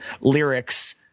lyrics